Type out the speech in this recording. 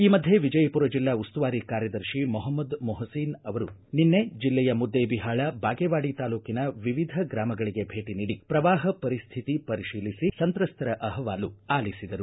ಈ ಮಧ್ಯೆ ವಿಜಯಪುರ ಜಿಲ್ಲಾ ಉಸ್ತುವಾರಿ ಕಾರ್ಯದರ್ಶಿ ಮೊಹ್ಮದ ಮೊಹ್ಮೀನ್ ಅವರು ನಿನ್ನೆ ಜಿಲ್ಲೆಯ ಮುದ್ದೇಬಿಹಾಳ ಬಾಗೇವಾಡಿ ತಾಲೂಕಿನ ವಿವಿಧ ಗ್ರಾಮಗಳಿಗೆ ಭೇಟಿ ನೀಡಿ ಪ್ರವಾಹ ಪರಿಸ್ಠಿತಿ ಪರಿಶೀಲಿಸಿ ಸಂತ್ರಸ್ತರ ಅಹವಾಲು ಆಲಿಸಿದರು